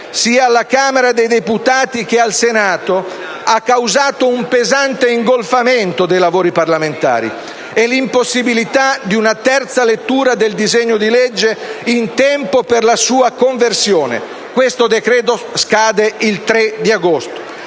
sia alla Camera dei deputati che al Senato, ha causato un pesante ingolfamento dei lavori parlamentari e l'impossibilità di una terza lettura del disegno di legge in tempo per la convenzione del decreto-legge, che scade